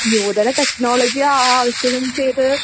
नूतनं टेक्नोलजि आवश्यकं चेद्